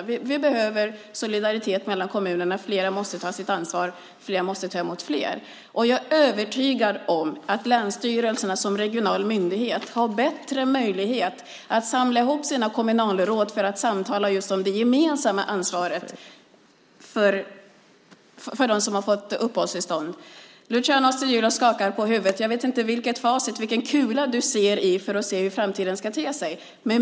Vi behöver solidaritet mellan kommunerna. Fler måste ta sitt ansvar - fler måste ta emot fler. Jag är övertygad om att länsstyrelserna som regionala myndigheter har bättre möjligheter att samla ihop kommunalråden för att samtala just om det gemensamma ansvaret för dem som har fått uppehållstillstånd. Luciano Astudillo skakar på huvudet. Jag vet inte vilket facit eller vilken kula du ser i för att se hur framtiden ska te sig.